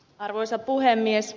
arvoisa puhemies